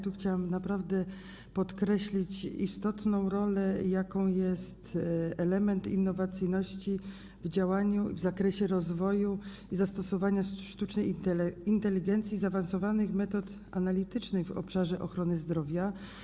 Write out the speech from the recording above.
Tu chciałam podkreślić naprawdę istotną rolę, jaką jest element innowacyjności w działaniu w zakresie rozwoju i zastosowania sztucznej inteligencji, zaawansowanych metod analitycznych w obszarze ochrony zdrowia.